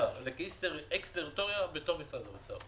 כאקס טריטוריה בתוך משרד האוצר.